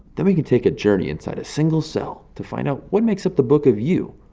then we can take a journey inside a single cell to find out what makes up the book of you,